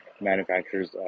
manufacturers